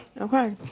Okay